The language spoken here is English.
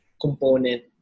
component